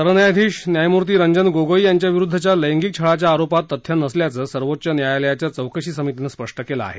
सरन्यायाधीश न्यायमूर्ती रंजन गोगोई यांच्याविरुद्धच्या लैंगिक छळाच्या आरोपात तथ्य नसल्याचं सर्वोच्च न्यायालयाच्या चौकशी समितीनं स्पष्ट केलं आहे